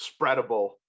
spreadable